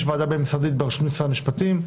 יש ועדה בין-משרדית בראשות משרד המשפטים,